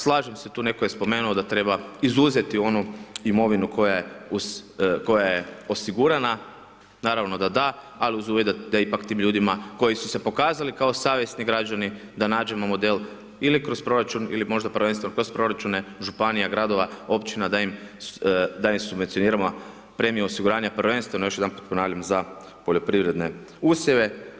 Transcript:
Slažem se tu, netko je spomenuo da treba izuzeti onu imovinu koja je osigurana, naravno da da, ali uz uvjet da ipak tim ljudima, koji su se pokazali kao savjesni građani, da nađemo model ili kroz proračun ili možda prvenstveno kroz proračune županija, gradova, općina, da im subvencioniramo premiju osiguranja, prvenstveno, još jedanput ponavljam, za poljoprivredne usjeve.